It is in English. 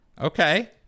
Okay